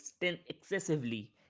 excessively